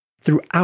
throughout